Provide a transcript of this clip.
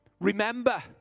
remember